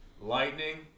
Lightning